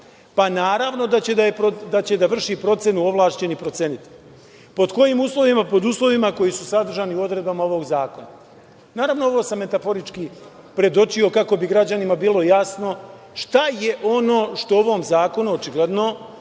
Naravno, da će da vrši procenu ovlašćeni procenitelj. Pod kojim uslovima, pod uslovima koji su sadržani u odredbama ovog zakona. Naravno ovo sam metaforički predočio kako bi građanima bilo jasno šta je ono što ovom zakonu očigledno